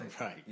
Right